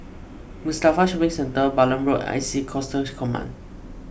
Mustafa Shopping Centre Balam Road I C A Coastal Command